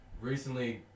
recently